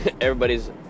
everybody's